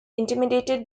intimidated